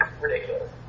ridiculous